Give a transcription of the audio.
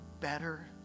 better